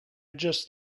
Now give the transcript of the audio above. just